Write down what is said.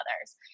others